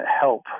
help